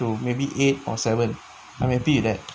to maybe eight or seven or maybe like